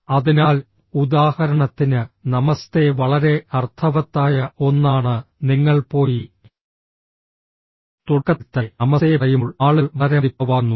അതിനാൽ ഉദാഹരണത്തിന് നമസ്തേ വളരെ അർത്ഥവത്തായ ഒന്നാണ് നിങ്ങൾ പോയി തുടക്കത്തിൽ തന്നെ നമസ്തേ പറയുമ്പോൾ ആളുകൾ വളരെ മതിപ്പുളവാക്കുന്നു